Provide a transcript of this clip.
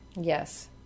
Yes